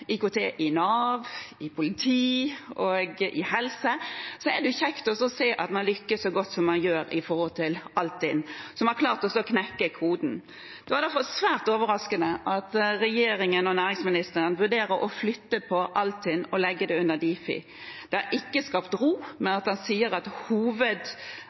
IKT i Nav, politiet og helsesektoren, er det kjekt å se at man lykkes så godt som man gjør med Altinn, som har klart å knekke koden. Da er det svært overraskende at regjeringen og næringsministeren vurderer å flytte Altinn og legge det under Difi. Det har ikke skapt ro, men han sier at